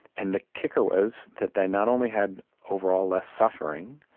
and the kicker was that they not only had overall less suffering,